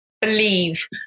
believe